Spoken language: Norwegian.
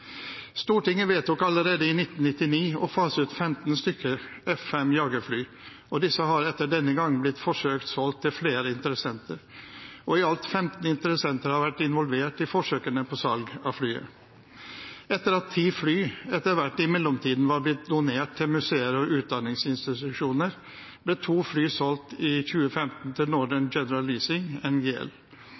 Stortinget vedtok allerede i 1999 å fase ut 15 F-5-jagerfly. Disse har etter den gangen blitt forsøkt solgt til flere interessenter. I alt 15 interessenter har vært involvert i forsøkene på salg av flyene. Etter at ti fly etter hvert i mellomtiden var blitt donert til museer og utdanningsinstitusjoner, ble to fly solgt i 2015 til